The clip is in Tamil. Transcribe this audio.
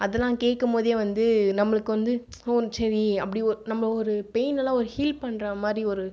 அதெல்லாம் கேட்கும் போதே வந்து நம்மளுக்கு வந்து ம் சரி அப்படி நம்ம ஒரு பெயினெல்லாம் ஒரு ஹீல் பண்ணுறா மாதிரி ஒரு